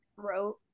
throat